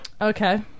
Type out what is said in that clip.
Okay